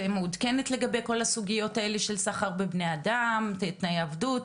את מעודכנת לגבי כל הסוגיות האלה של סחר בבני אדם ותנאי עבדות?